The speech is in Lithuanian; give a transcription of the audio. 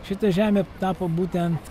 šita žemė tapo būtent